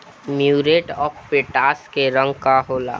Muriate of potash के रंग का होला?